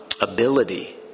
ability